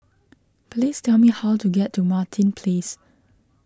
please tell me how to get to Martin please